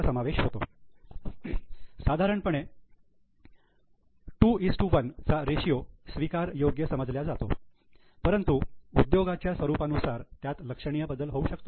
साधारणपणे 21 चा रेशियो स्वीकार योग्य समजल्या जातो परंतु उद्योगाच्या स्वरूपानुसार त्यात लक्षणीय बदल होऊ शकतो